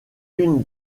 une